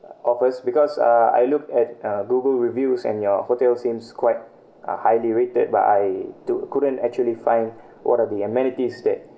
offers because uh I look at uh google reviews and your hotel seems quite uh highly rated but I don't couldn't actually find what are the amenities that